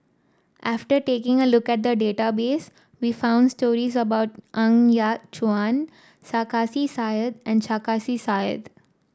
after taking a look at the database we found stories about Ng Yat Chuan Sarkasi Said and Sarkasi Said